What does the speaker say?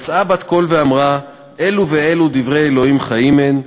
יצאה בת קול ואמרה: אלו ואלו דברי ה' חיים הם,